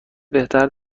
بهتر